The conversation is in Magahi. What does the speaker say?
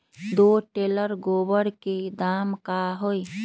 दो टेलर गोबर के दाम का होई?